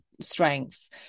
strengths